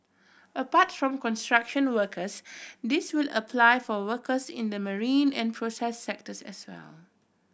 apart from construction workers this will apply for workers in the marine and process sectors as well